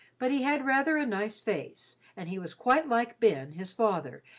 but he had rather a nice face, and he was quite like ben, his father,